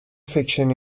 fiction